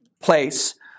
place